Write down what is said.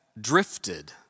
drifted